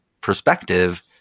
perspective